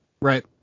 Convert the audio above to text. Right